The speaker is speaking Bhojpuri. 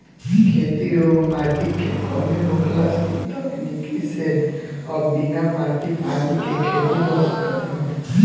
खेती योग्य माटी के कमी होखला से इ तकनीकी से अब बिना माटी पानी के खेती हो सकत हवे